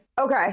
Okay